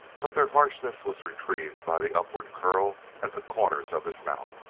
but their harshness was retrieved by the upward curl at the corners of his mouth.